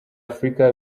afurika